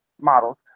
models